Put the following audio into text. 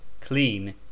clean